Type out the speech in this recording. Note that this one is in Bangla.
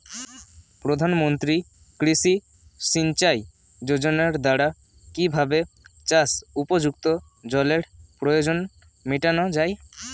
প্রধানমন্ত্রী কৃষি সিঞ্চাই যোজনার দ্বারা কিভাবে চাষ উপযুক্ত জলের প্রয়োজন মেটানো য়ায়?